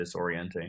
disorienting